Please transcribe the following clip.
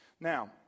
Now